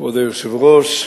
כבוד היושב-ראש,